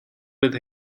with